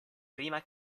prima